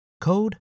code